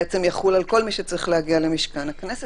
שיחול על כל מי שצריך להגיע למשכן הכנסת.